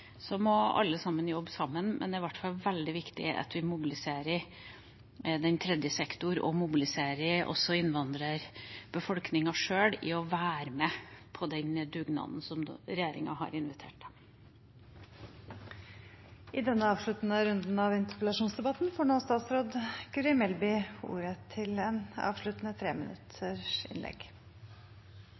må alle sammen jobbe sammen, men det er i hvert fall veldig viktig at vi mobiliserer den tredje sektor og også innvandrerbefolkningen sjøl til å være med på den dugnaden som regjeringa har invitert til. Jeg vil starte med å si at jeg er veldig glad for den runden vi nå